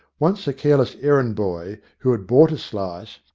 once a careless errand-boy, who had bought a slice,